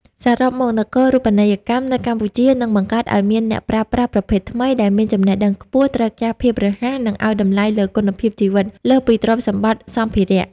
សរុបមក នគរូបនីយកម្មនៅកម្ពុជានឹងបង្កើតឱ្យមានអ្នកប្រើប្រាស់ប្រភេទថ្មី ដែលមាន "ចំណេះដឹងខ្ពស់ ត្រូវការភាពរហ័ស និងឱ្យតម្លៃលើគុណភាពជីវិត" លើសពីទ្រព្យសម្បត្តិសម្ភារៈ។